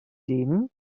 denen